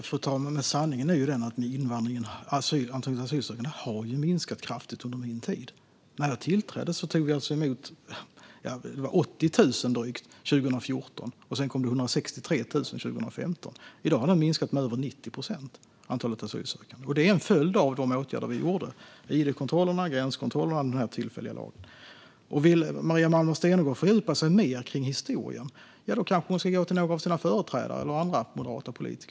Fru talman! Sanningen är den att antalet asylsökande har minskat kraftigt under min tid, sedan jag tillträdde. Vi tog emot drygt 80 000 år 2014. År 2015 kom det 163 000. I dag har antalet asylsökande minskat med över 90 procent, och det är en följd av de åtgärder vi gjorde: id-kontrollerna, gränskontrollerna och den tillfälliga lagen. Vill Maria Malmer Stenergard fördjupa sig mer i historien kanske hon ska gå till några av sina företrädare eller andra moderata politiker.